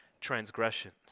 transgressions